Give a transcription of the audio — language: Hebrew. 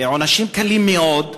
עונשים קלים מאוד.